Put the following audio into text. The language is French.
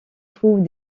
trouve